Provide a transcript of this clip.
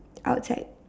outside